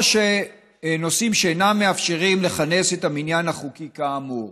או נושאים "שאינם מאפשרים לכנס את המניין החוקי כאמור".